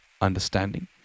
understanding